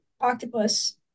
Octopus